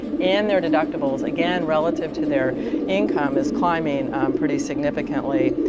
and their deductibles, again, relative to their income, is climbing pretty significantly.